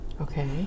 Okay